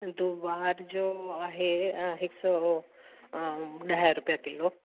दूबार जो आहे हिकु सौ ॾह रुपे किलो